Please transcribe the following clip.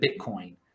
Bitcoin